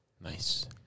Nice